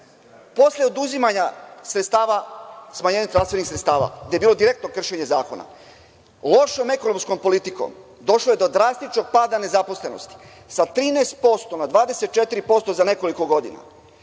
posle oduzimanja sredstava, smanjenja transfernih sredstava, gde je bilo direktno kršenje zakona, lošom ekonomskom politikom došlo je do drastičnog pada nezaposlenosti sa 13% na 24% za nekoliko godina,